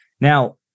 Now